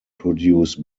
produce